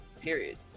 Period